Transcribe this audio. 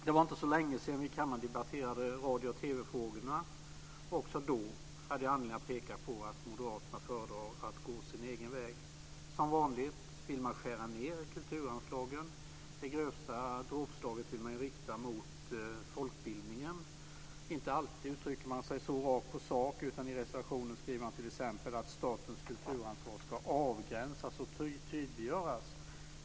Det var inte så länge sedan som vi i kammaren debatterade radio och TV-frågorna. Också då hade jag anledning att peka på att moderaterna föredrar att gå sin egen väg. Moderaterna vill som vanligt skära ned kulturanslagen. Det grövsta dråpslaget vill man rikta mot folkbildningen. Man uttrycker sig inte alltid så rakt på sak. I reservationen skriver man t.ex. att statens kulturansvar ska avgränsas och tydliggöras.